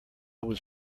was